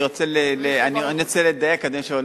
אני רוצה לדייק, אדוני היושב-ראש.